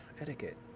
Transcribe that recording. Etiquette